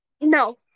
No